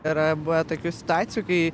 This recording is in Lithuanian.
yra buvę tokių situacijų kai